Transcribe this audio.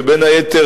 בין היתר,